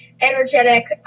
energetic